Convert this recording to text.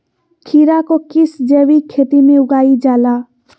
खीरा को किस जैविक खेती में उगाई जाला?